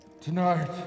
Tonight